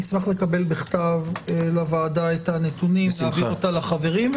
אני אשמח לקבל בכתב לוועדה את הנתונים ולהעבירם לחברים,